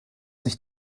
sich